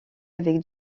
avec